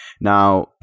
Now